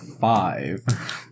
five